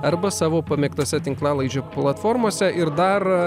arba savo pamėgtose tinklalaidžių platformose ir dar